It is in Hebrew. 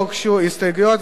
לא הוגשו הסתייגויות,